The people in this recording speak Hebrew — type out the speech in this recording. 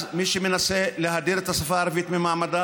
מי שמנסה להדיר את השפה הערבית ממעמדה